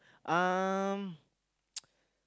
um